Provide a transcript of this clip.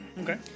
okay